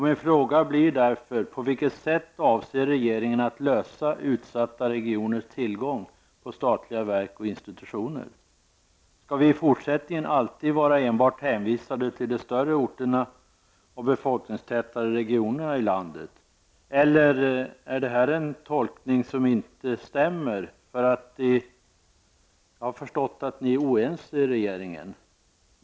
Min fråga blir därför: På vilket sätt avser regeringen att lösa utsatta regioners tillgång till statliga verk och institutioner? Skall vi i fortsättningen enbart vara hänvisade till de större orterna och de befolkningstätare regionerna i landet eller är det här en tolkning som inte stämmer? Jag har nämligen förstått att ni är oense i regeringen.